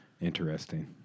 interesting